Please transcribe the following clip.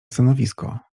stanowisko